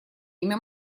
имя